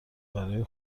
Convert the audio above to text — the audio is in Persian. برای